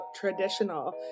traditional